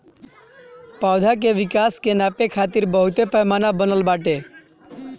पौधा के विकास के नापे खातिर बहुते पैमाना बनल बाटे